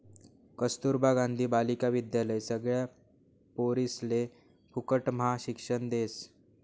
कस्तूरबा गांधी बालिका विद्यालय सगळ्या पोरिसले फुकटम्हा शिक्षण देस